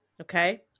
Okay